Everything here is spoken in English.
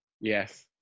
Yes